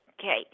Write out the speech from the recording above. Okay